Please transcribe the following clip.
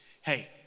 Hey